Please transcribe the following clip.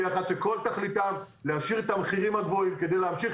שכל תכליתם להשאיר את המחירים הגבוהים כדי להמשיך